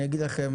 אני אגיד לכם,